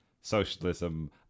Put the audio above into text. socialism